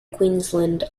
queensland